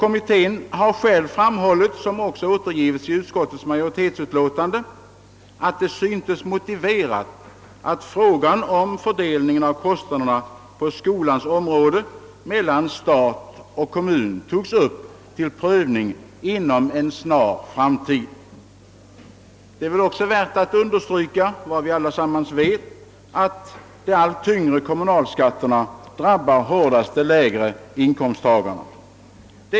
Kommittén framhöll dock, vilket också har återgivits i utskottets utlåtande, i visst hänseende »att det syntes motiverat att frågan om fördelningen av kostnaderna på skolans område mellan stat och kommun togs upp till prövning inom en snar framtid». Det är också värt att understryka — något som alla för övrigt vet — att de allt tyngre kommunalskatterna drabbar de lägre inkomsttagarna hårdast.